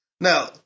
Now